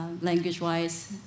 language-wise